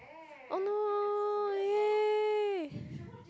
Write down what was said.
oh no !yay!